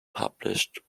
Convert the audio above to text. published